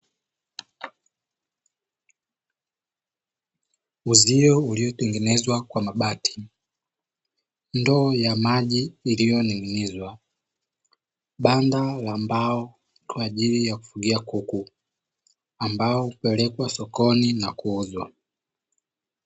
Uzio uliotengezwa kwa mabati, ndoo ya maji iliyoning'inizwa, banda la mbao kwa ajili ya kufugia kuku, ambao hupelekwa sokoni na kuuzwa.